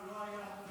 --- שהוא